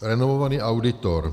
Renomovaný auditor.